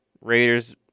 Raiders